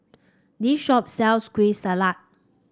this shop sells Kueh Salat